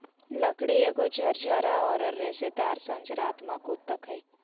लकड़ी एगो झरझरा औरर रेशेदार संरचनात्मक ऊतक हइ